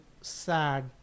sad